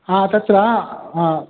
हा तत्र हा